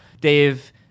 Dave